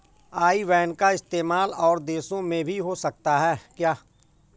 आई ban का इस्तेमाल और देशों में भी हो सकता है क्या?